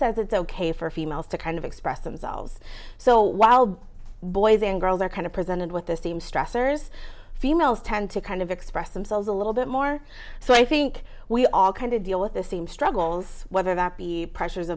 says it's ok for females to kind of express themselves so while boys and girls are kind of presented with this team stressors females tend to kind of express themselves a little bit more so i think we all kind of deal with the same struggles whether that be pressures